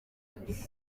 ndi